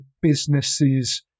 businesses